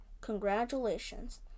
congratulations